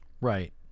right